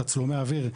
תצלומי אוויר,